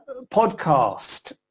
podcast